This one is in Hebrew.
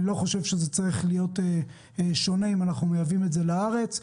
אני לא חושב שזה צריך להיות שונה אם אנחנו מייבאים את זה לארץ.